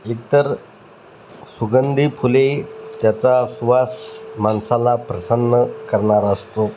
एक तर सुगंधी फुले त्याचा सुवास माणसाला प्रसन्न करणारा असतो